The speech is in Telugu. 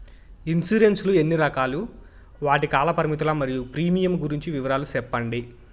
ఇన్సూరెన్సు లు ఎన్ని రకాలు? వాటి కాల పరిమితులు మరియు ప్రీమియం గురించి వివరాలు సెప్పండి?